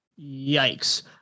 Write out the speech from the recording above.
yikes